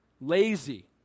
Lazy